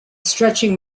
stretching